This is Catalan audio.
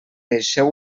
deixeu